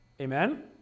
Amen